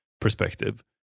perspective